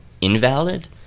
invalid